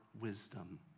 wisdom